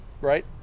right